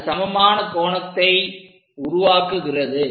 அது சமமான கோணத்தை உருவாக்குகிறது